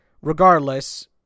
regardless